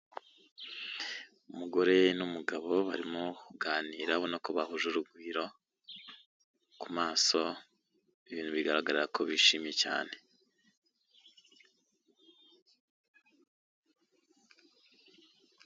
Umugore n'umugabo barimo kuganira urabona ko bahuje urugwiro ku maso, ibintu bigaragara ko bishimye cyane.